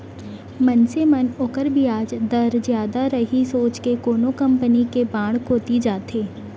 मनसे मन ओकर बियाज दर जादा रही सोच के कोनो कंपनी के बांड कोती जाथें